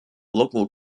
local